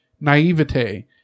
naivete